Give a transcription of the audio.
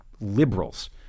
liberals